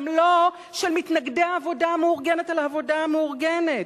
גם לא של מתנגדי העבודה המאורגנת על העבודה המאורגנת.